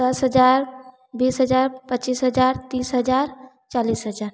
दस हजार बीस हजार पचीस हजार तीस हजार चालीस हजार